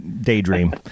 daydream